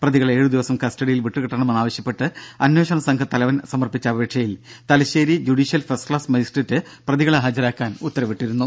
പ്രതികളെ ഏഴുദിവസം കസ്റ്റഡിയിൽ വിട്ടുകിട്ടണമെന്നാവശ്യപ്പെട്ട് അന്വേഷണ സംഘത്തലവൻ സമർപ്പിച്ച അപേക്ഷയിൽ Thalassery judicial first class magistrate പ്രതികളെ ഹാജരാക്കാൻ ഉത്തരവിട്ടിരുന്നു